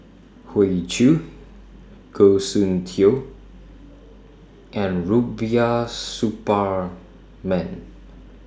Hoey Choo Goh Soon Tioe and Rubiah Suparman